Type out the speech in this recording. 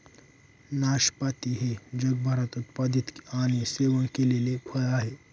नाशपाती हे जगभरात उत्पादित आणि सेवन केलेले फळ आहे